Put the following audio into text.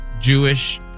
Jewish